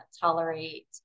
tolerate